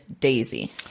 daisy